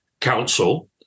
Council